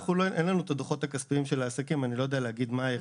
אין לנו את הדוחות הכספיים של הענפים ואיני יודע מה הירידה.